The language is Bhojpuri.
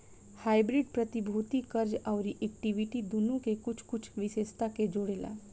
हाइब्रिड प्रतिभूति, कर्ज अउरी इक्विटी दुनो के कुछ कुछ विशेषता के जोड़ेला